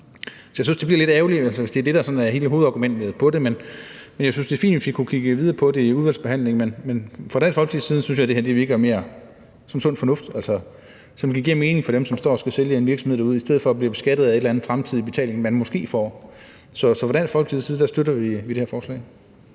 jeg synes, det er lidt ærgerligt, hvis det er det, der sådan er hele hovedargumentet for det. Men jeg synes, det er fint, hvis vi kunne kigge videre på det i udvalgsbehandlingen, men set fra Dansk Folkepartis synsvinkel synes jeg mere, det her virker som sund fornuft, altså som giver mening for dem, som står og skal sælge en virksomhed derude, i stedet for at de bliver beskattet af en eller en anden fremtidig indtjening, som man måske får. Så fra Dansk Folkepartis side støtter vi det her forslag.